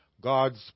God's